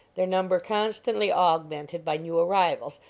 their number constantly augmented by new arrivals,